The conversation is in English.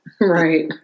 Right